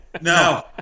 No